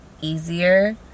easier